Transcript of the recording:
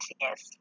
Yes